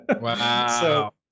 Wow